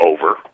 over